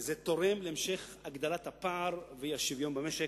וזה תורם להמשך הגדלת הפער והאי-שוויון במשק,